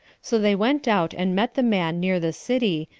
so they went out and met the man near the city,